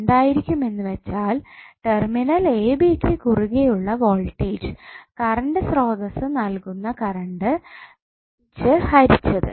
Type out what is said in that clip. എന്തായിരിക്കും എന്ന് വെച്ചാൽ ടെർമിനൽ എ ബി യ്ക്ക് കുറുകെ ഉള്ള വോൾടേജ് കറണ്ട് സ്രോതസ്സ് നൽകുന്ന കറണ്ട് വെച്ച് ഹരിച്ചത്